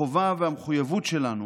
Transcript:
החובה והמחויבות שלנו